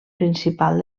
principal